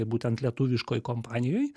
būtent lietuviškoj kompanijoj